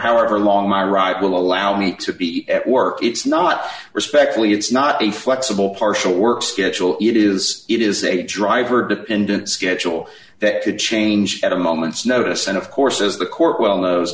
however long my right will allow me to be at work it's not respectfully it's not a flexible partial work schedule it is it is a driver dependent schedule that could change at a moment's notice and of course as the court well